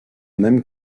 même